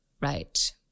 right